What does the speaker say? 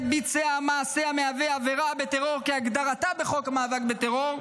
ביצע מעשה המהווה עבירה בטרור כהגדרתה בחוק המאבק בטרור,